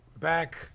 Back